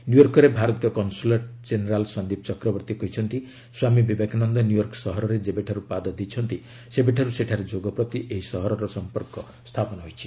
ନିଉୟର୍କରେ ଭାରତୀୟ consul general Sandeep Chakravarty କହିଛନ୍ତି Swami Vivekananda New York ସହରରେ ଯେବେଠାରୁ ପାଦ ଦେଇଛନ୍ତି ସେବେଠାରୁ ସେଠାରେ ଯୋଗ ପ୍ରତି ଏହି ସହରର ସଂପର୍କ ସ୍ଥାପନ ହୋଇଛି